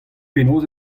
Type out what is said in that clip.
penaos